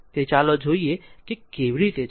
તેથી ચાલો જોઈએ કે તે કેવી રીતે છે